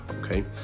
okay